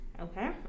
Okay